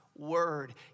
word